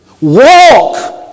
Walk